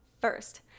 first